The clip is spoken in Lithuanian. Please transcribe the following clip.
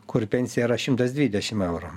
kur pensija yra šimtas dvidešim eurų